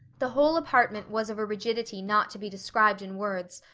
the whole apartment was of a rigidity not to be described in words,